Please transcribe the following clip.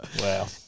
Wow